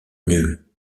nulle